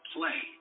Play